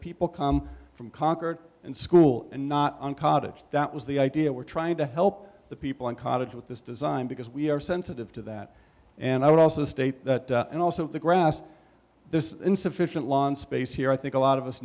people come from concord and school and not on cottage that was the idea we're trying to help the people in college with this design because we are sensitive to that and i would also state and also the grass this insufficient lawn space here i think a lot of us